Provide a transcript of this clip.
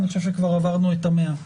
אני חושב שכבר עברנו את ה-100 שעות.